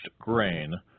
grain